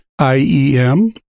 IEM